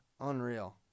Unreal